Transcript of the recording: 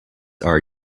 are